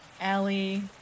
Allie